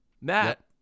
Matt